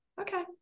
okay